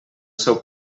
seu